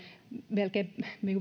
melkein